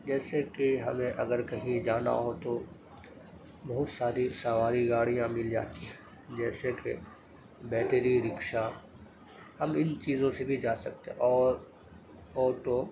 جیسے کہ ہمیں اگر کہیں جانا ہو بہت ساری سواری گاڑیاں مل جاتی ہیں جیسے کہ بیٹری رکشا ہم ان چیزوں سے بھی جا سکتے ہیں اور آٹو